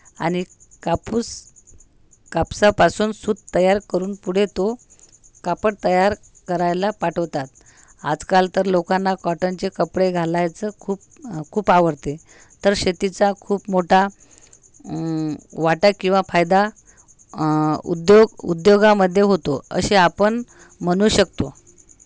आणि कापूस कापसापासून सुत तयार करून पुढे तो कापड तयार करायला पाठवतात आजकाल तर लोकांना कॉटनचे कपडे घालायचं खूप खूप आवडते तर शेतीचा खूप मोठा वाटा किंवा फायदा उदयोग उदयोगामध्ये होतो असे आपण म्हणू शकतो